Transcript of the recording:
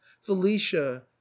Felicia